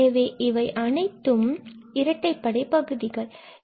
எனவே இவை அனைத்தும் இரட்டைப்படை பகுதிகள் ஆகும்